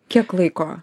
kiek laiko